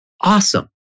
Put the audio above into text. Awesome